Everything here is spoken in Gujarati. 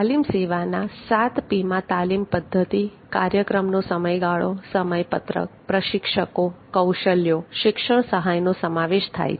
તાલીમ સેવાના 7P માં તાલીમ પદ્ધતિ કાર્યક્રમનો સમયગાળો સમયપત્રક પ્રશિક્ષકો કૌશલ્યો શિક્ષણ સહાયનો સમાવેશ થાય છે